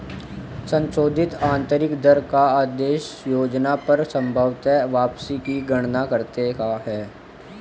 संशोधित आंतरिक दर का उद्देश्य योजना पर संभवत वापसी की गणना करने का है